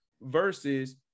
versus